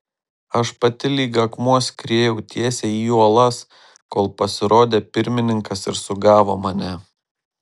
aš pati lyg akmuo skriejau tiesiai į uolas kol pasirodė pirmininkas ir sugavo mane